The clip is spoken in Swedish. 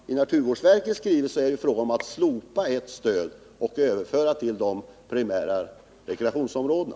Herr talman! I naturvårdsverkets skrivelse är det fråga om att slopa ett stöd och överföra pengarna till de primära rekreationsområdena.